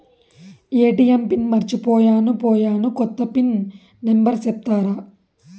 ATM pin మర్చిపోయాను పోయాను, కొత్త పిన్ నెంబర్ సెప్తారా?